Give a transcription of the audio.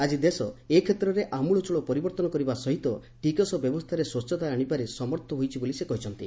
ଆଜି ଦେଶ ଏ କ୍ଷେତ୍ରରେ ଅମୂଳଚୂଳ ପରିବର୍ତ୍ତନ କରିବା ସହିତ ଟିକସ ବ୍ୟବସ୍ଥାରେ ସ୍ୱଚ୍ଛତା ଆଶିବାରେ ସମର୍ଥ ହୋଇଛି ବୋଲି ସେ କହିଛନ୍ତି